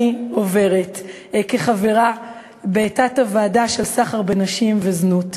עוברת כחברה בתת-ועדה של סחר בנשים וזנות.